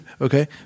Okay